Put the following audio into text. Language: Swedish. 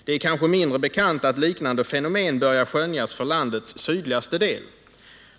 Det är kanske mindre bekant att liknande fenomen börjar skönjas för landets sydligaste del.